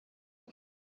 non